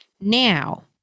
Now